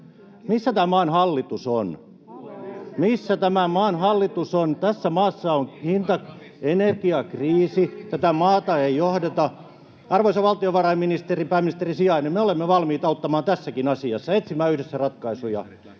Instagramissa!] Tässä maassa on energiakriisi. Tätä maata ei johdeta. Arvoisa valtiovarainministeri, pääministerin sijainen, me olemme valmiita auttamaan tässäkin asiassa, etsimään yhdessä ratkaisuja